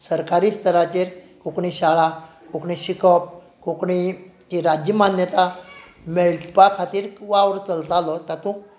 सरकारी स्तराचेर कोंकणी शाळा कोंकणी शिकप कोंकणी राज्यमान्यता मेळपा खातीर वावर चलतालो तातूंत